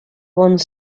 one